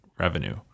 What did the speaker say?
revenue